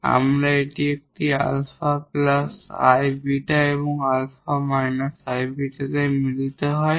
যখন আমাদের একটি 𝛼 𝑖𝛽 এবং 𝛼 𝑖𝛽 মিলিত হয়